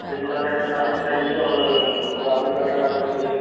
pink colour कितना piece चाहिए और गुलाबी कलर कितना पीस चाहिए